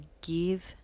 give